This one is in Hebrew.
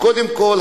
קודם כול,